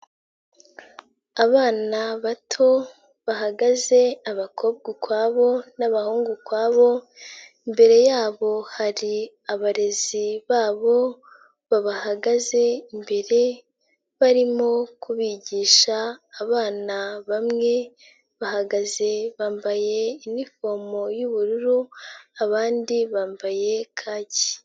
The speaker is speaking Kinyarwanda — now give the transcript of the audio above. Abana bato bahagaze abakobwa ukwabo n'abahungu ukwabo, imbere yabo hari abarezi babo babahagaze imbere barimo kubigisha, abana bamwe bahagaze bambaye inifomo y'ubururu abandi bambaye kaki.